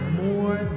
more